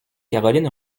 caroline